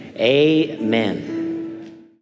Amen